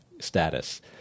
status